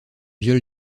viol